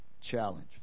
challenge